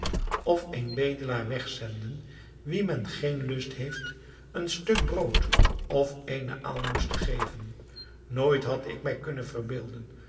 of een bedelaar wegzenden wien men geen lust heeft een stuk brood of eene aalmoes te geven nooit had ik mij kunnen verbeelden